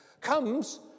comes